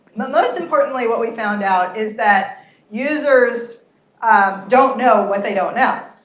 but most importantly what we found out is that users don't know what they don't know.